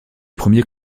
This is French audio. premiers